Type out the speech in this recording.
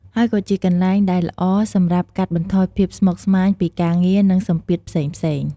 ហើយក៏ជាកន្លែងដែលល្អសម្រាប់កាត់បន្ថយភាពស្មុគស្មាញពីការងារ និងសម្ពាធផ្សេងៗ។